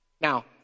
Now